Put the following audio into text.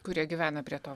kurie gyvena prie to